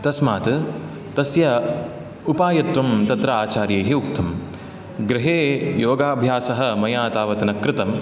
तस्मात् तस्य उपायत्वं तत्र आचार्यैः उक्तम् गृहे योगाभ्यासः मया तावत् न कृतम्